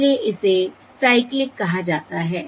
इसलिए इसे साइक्लिक कहा जाता है